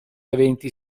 eventi